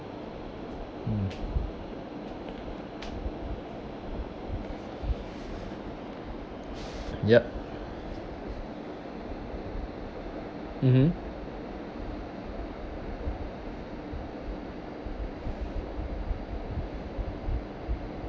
mm yup mmhmm